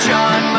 John